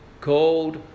called